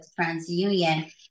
TransUnion